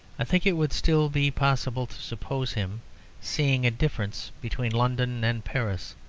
i think it would still be possible to suppose him seeing a difference between london and paris,